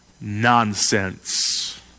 nonsense